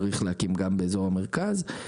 צריך להקים גם באזור המרכז;